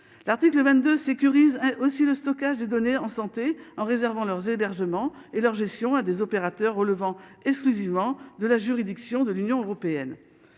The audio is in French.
l'article 22 sécurise aussi le stockage de données en santé, en réservant leurs hébergements et leur gestion à des opérateurs relevant exclusivement de la juridiction de l'Union européenne